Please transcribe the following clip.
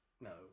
No